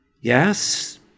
Yes